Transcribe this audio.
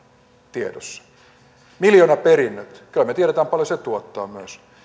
tiedossa ja miljoonaperinnöt kyllä me tiedämme paljonko se tuottaa myös